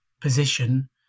position